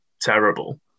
terrible